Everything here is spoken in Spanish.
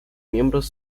miembros